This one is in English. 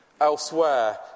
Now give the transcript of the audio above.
elsewhere